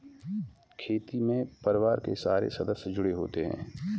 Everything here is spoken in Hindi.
खेती में परिवार के सारे सदस्य जुड़े होते है